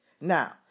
Now